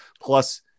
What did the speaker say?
plus